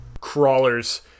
crawlers